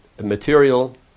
material